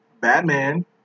Batman